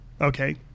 Okay